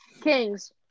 Kings